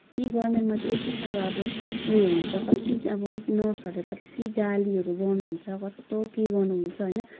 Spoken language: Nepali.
गभर्मेन्टमा चाहिँ यति सारो अब उयो हुन्छ कति चाहिँ अब नर्सहरूले कति गालीहरू गर्नुहुन्छ कस्तो के गर्नुहुन्छ होइन